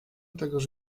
tegoż